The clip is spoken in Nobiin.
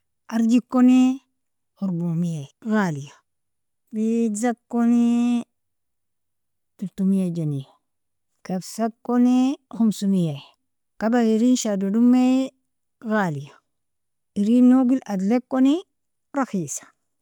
Arjekoni airbieumiaya galia, bitazkoni tulutmia janiya, kabsakoni khamsumiaya kaba erin shado domie galia erin nogel adlikoni rakhisa.